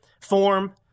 form